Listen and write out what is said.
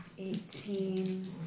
Eighteen